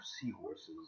seahorses